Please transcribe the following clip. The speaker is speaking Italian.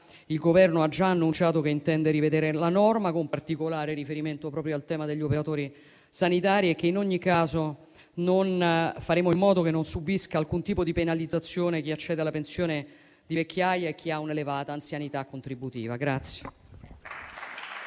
il Governo ha già annunciato che intende rivedere la norma, con particolare riferimento proprio al tema degli operatori sanitari e che, in ogni caso, faremo in modo che non subisca alcun tipo di penalizzazione chi accede alla pensione di vecchiaia e chi ha un'elevata anzianità contributiva.